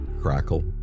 crackle